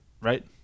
Right